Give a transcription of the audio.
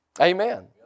Amen